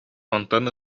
онтон